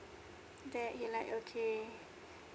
there it like okay